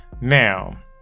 Now